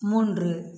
மூன்று